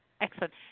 Excellent